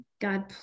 God